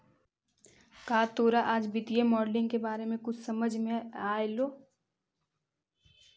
का तोरा आज वित्तीय मॉडलिंग के बारे में कुछ समझ मे अयलो?